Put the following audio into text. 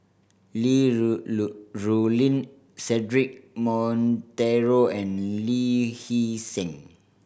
Li Rulin Cedric Monteiro and Lee Hee Seng